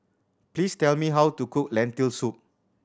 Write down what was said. please tell me how to cook Lentil Soup